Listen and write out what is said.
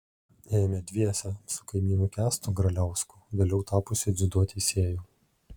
ėjome dviese su kaimynu kęstu graliausku vėliau tapusiu dziudo teisėju